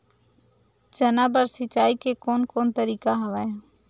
चना बर सिंचाई के कोन कोन तरीका हवय?